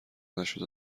نشده